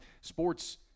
sports